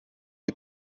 dei